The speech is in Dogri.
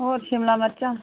होर शिमला मर्चां